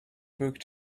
book